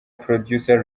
producer